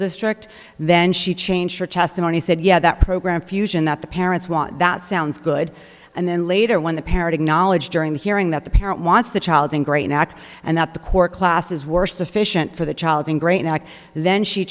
district then she changed her testimony said yeah that program fusion that the parents want that sounds good and then later when the parrot acknowledged during the hearing that the parent wants the child in great knack and that the core classes were sufficient for the child and great act then she